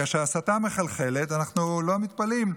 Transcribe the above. כאשר ההסתה מחלחלת, אנחנו לא מתפלאים.